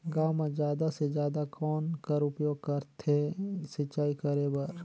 गांव म जादा से जादा कौन कर उपयोग करथे सिंचाई करे बर?